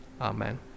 Amen